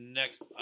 next